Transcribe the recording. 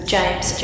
James